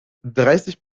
dreißig